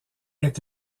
est